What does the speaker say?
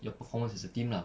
your performance as a team lah